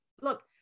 look